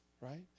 Right